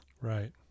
Right